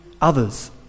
others